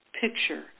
picture